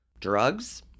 drugs